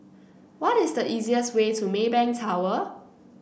what is the easiest way to Maybank Tower